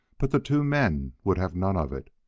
but the two men would have none of it.